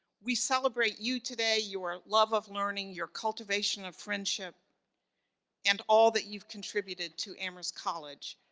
we celebrate you today, your love of learning, your cultivation of friendship and all that you've contributed to amherst college.